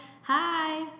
Hi